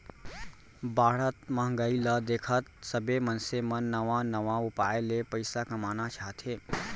बाढ़त महंगाई ल देखत सबे मनसे मन नवा नवा उपाय ले पइसा कमाना चाहथे